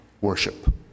worship